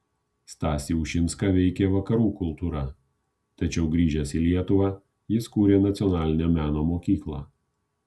stasį ušinską veikė vakarų kultūra tačiau grįžęs į lietuvą jis kūrė nacionalinę meno mokyklą